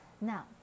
now